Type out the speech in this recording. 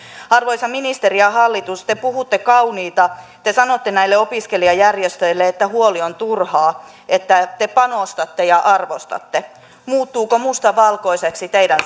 arvoisa ministeri ja hallitus te puhutte kauniita te sanotte näille opiskelijajärjestöille että huoli on turhaa että te panostatte ja arvostatte muuttuuko musta valkoiseksi teidän